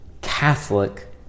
Catholic